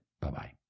Bye-bye